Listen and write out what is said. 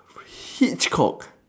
hitchcock